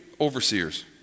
overseers